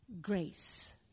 grace